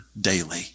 daily